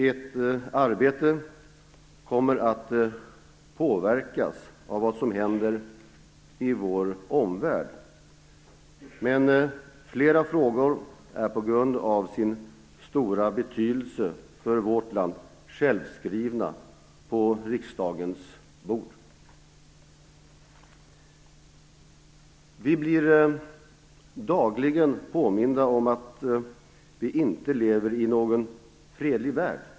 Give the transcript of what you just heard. Ert arbete kommer att påverkas av vad som händer i vår omvärld, men flera frågor är på grund av sin stora betydelse för vårt land självskrivna på riksdagens bord. Vi blir dagligen påminda om att vi inte lever i någon fredlig värld.